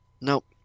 Nope